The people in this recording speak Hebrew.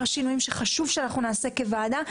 שינויים שחשוב שאנחנו נעשה כוועדה,